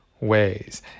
ways